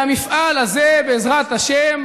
והמפעל הזה, בעזרת השם,